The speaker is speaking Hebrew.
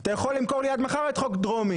אתה יכול למכור לי עד מחר את חוק דרומי,